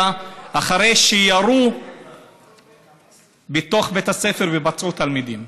אחרי שירו בתוך בית הספר ופצעו תלמידים.